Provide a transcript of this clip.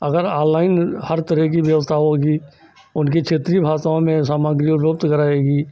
अगर ऑनलाइन हर तरह की व्यवस्था होगी उनकी क्षेत्रीय भाषाओं में सामग्री उपलब्ध कराएगी